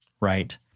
right